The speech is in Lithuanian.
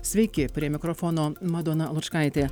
sveiki prie mikrofono madona lučkaitė